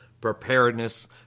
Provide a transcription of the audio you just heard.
preparedness